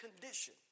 condition